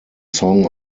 song